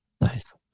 Nice